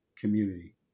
community